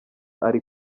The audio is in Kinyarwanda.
ari